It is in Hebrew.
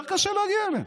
יותר קשה להגיע אליהם.